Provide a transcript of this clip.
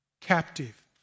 captive